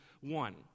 one